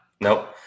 nope